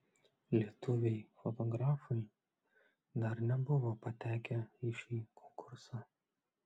lietuviai fotografai dar nebuvo patekę į šį konkursą